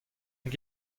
hag